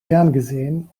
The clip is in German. ferngesehen